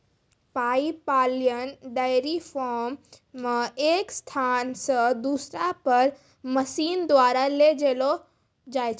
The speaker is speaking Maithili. पाइपलाइन डेयरी फार्म मे एक स्थान से दुसरा पर मशीन द्वारा ले जैलो जाय छै